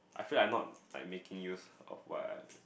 I feel I'm not like making use of what I